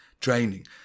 training